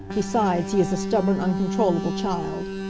besides, he is a stubborn, uncontrollable child.